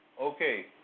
Okay